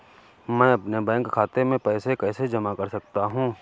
मैं अपने बैंक खाते में पैसे कैसे जमा कर सकता हूँ?